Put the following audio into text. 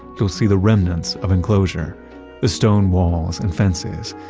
you'll see the remnants of enclosure the stone walls and fences,